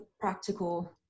practical